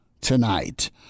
tonight